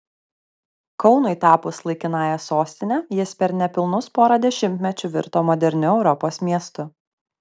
kaunui tapus laikinąja sostine jis per nepilnus pora dešimtmečių virto moderniu europos miestu